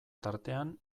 tartean